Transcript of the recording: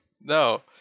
No